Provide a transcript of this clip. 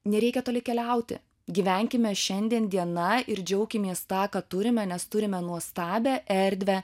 nereikia toli keliauti gyvenkime šiandien diena ir džiaukimės tą ką turime nes turime nuostabią erdvę